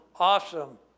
awesome